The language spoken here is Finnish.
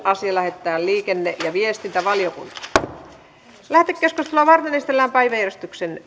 asia lähetetään liikenne ja viestintävaliokuntaan lähetekeskustelua varten esitellään päiväjärjestyksen